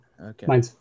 Okay